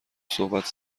صحبت